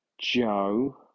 Joe